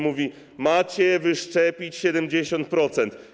Mówi: macie wyszczepić 70%.